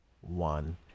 one